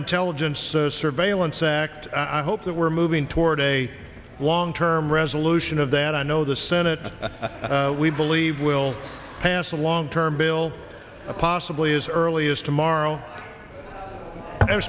intelligence surveillance act i hope that we're moving toward a long term resolution of that i know the senate we believe will pass a long term bill possibly as early as tomorrow